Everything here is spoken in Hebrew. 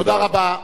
תודה רבה.